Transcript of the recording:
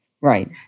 Right